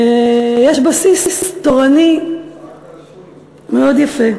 יש בסיס תורני מאוד יפה.